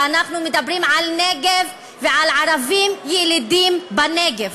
ואנחנו מדברים על נגב ועל ערבים ילידים בנגב.